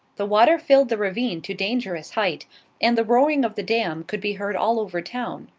the water filled the ravine to dangerous height and the roaring of the dam could be heard all over town.